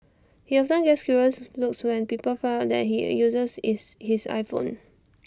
he often gets curious looks when people find out that all he uses is his iPhone